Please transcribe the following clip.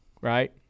right